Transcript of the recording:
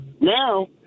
Now